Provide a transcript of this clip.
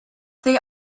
they